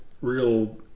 real